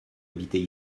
habité